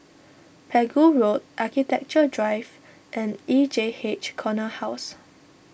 Pegu Road Architecture Drive and E J H Corner House